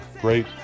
Great